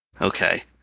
Okay